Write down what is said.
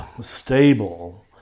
stable